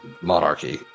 monarchy